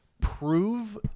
prove